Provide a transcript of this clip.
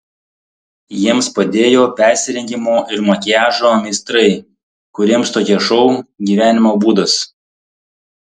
jiems padėjo persirengimo ir makiažo meistrai kuriems tokie šou gyvenimo būdas